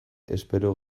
espero